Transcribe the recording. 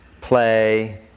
play